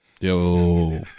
Yo